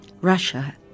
Russia